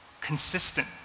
consistent